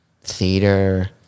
theater